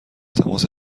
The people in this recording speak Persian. تماس